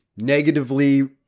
negatively